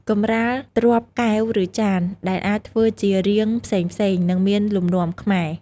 កម្រាលទ្រាប់កែវ ឬចាន ដែលអាចធ្វើជារាងផ្សេងៗ និងមានលំនាំខ្មែរ។